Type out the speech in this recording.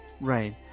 Right